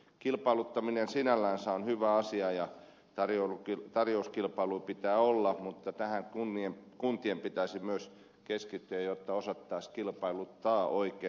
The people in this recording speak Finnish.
kilpailuttaminen sinällänsä on hyvä asia ja tarjouskilpailuja pitää olla mutta tähän kuntien pitäisi myös keskittyä jotta osattaisiin kilpailuttaa oikein